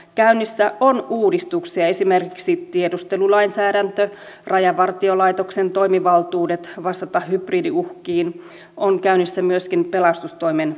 käynnissä on uudistuksia esimerkiksi tiedustelulainsäädäntö rajavartiolaitoksen toimivaltuudet vastata hybridiuhkiin on käynnissä myöskin pelastustoimen uudistus